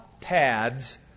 pads